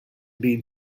been